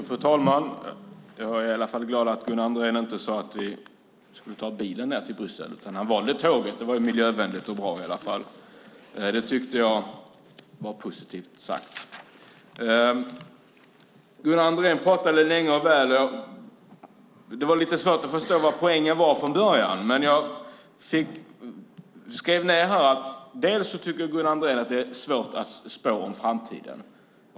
Fru talman! Jag är i alla fall glad att Gunnar Andrén inte sade att vi skulle ta bilen ned till Bryssel. Han valde tåget. Det var ju miljövänligt och bra i alla fall. Det tyckte jag var positivt sagt. Gunnar Andrén pratade länge och väl och det var lite svårt att förstå vad poängen var från början. Men jag skrev ned att Gunnar Andrén tycker att det är svårt att spå om framtiden.